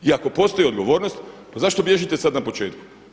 I ako postoji odgovornost pa zašto bježite sad na početku.